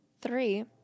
Three